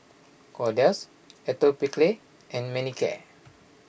Kordel's Atopiclair and Manicare